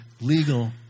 legal